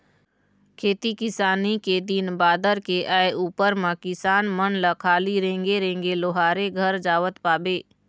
खेती किसानी के दिन बादर के आय उपर म किसान मन ल खाली रेंगे रेंगे लोहारे घर जावत पाबे